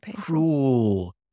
cruel